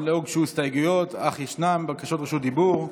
לא הוגשו הסתייגויות, אך ישנן בקשות רשות דיבור.